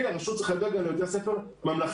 הרשות צריכה לדאוג גם לבתי ספר ממלכתיים-דתיים,